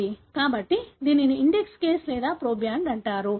కాబట్టి దీనిని index case లేదా ప్రోబ్యాండ్ అంటారు